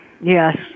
Yes